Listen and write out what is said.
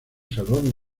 salón